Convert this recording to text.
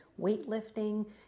weightlifting